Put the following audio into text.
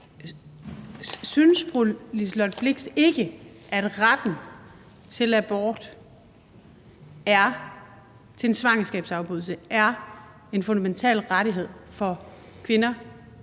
synes fru Liselott Blixt ikke, at retten til abort, til en svangerskabsafbrydelse, er en fundamental rettighed for kvinder,